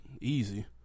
Easy